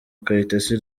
kayitesi